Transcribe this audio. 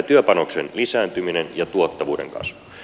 työpanoksen lisääntyminen ja tuottavuuden kasvu